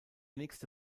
nächste